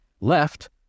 left